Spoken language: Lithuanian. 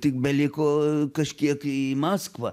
tik beliko kažkiek į maskvą